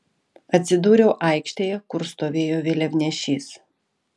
atsidūriau aikštėje kur stovėjo vėliavnešys